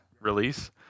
release